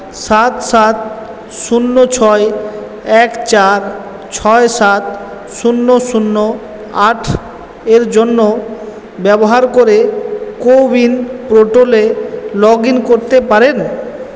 সাত সাত শূন্য ছয় এক চার ছয় সাত শূন্য শূন্য আট এর জন্য ব্যবহার করে কোউইন পোর্টালে লগ ইন করতে পারেন